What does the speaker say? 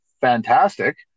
fantastic